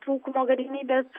trūkumo galimybės